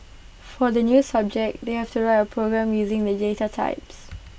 for the new subject they have to write A program using the types